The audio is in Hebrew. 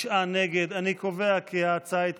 תגמול עבור ביצוע מעשה הטרור (תיקוני חקיקה),